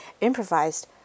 improvised